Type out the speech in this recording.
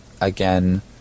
again